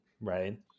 right